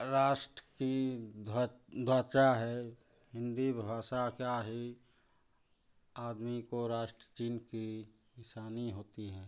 राष्ट्र की ध्वज ध्वजा है हिन्दी भाषा का ही आदमी को राष्ट्रचिह्न की निशानी होती है